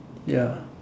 ya